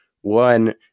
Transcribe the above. one